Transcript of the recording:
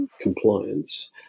compliance